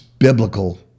Biblical